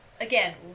again